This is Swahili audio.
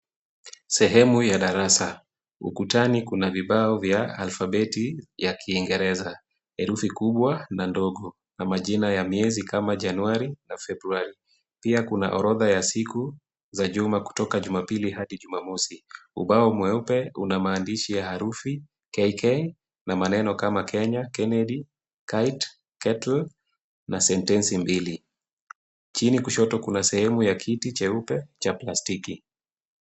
Sehemu ya darasa. Ukutani kuna vibao vya alfabeti ya kiingereza. Herufi kubwa na ndogo na majina ya miezi kama Januari na Februari. Pia kuna orodha ya siku za juma, kutoka Jumapili hadi Jumamosi. Ubao mweupe una maandishi ya herufi Kk na maneno kama Kenya, Kennedy, kite, kettle na sentensi mbili. Chini kushoto kuna sehemu ya kiti cheupe cha plastiki.